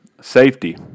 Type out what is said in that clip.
safety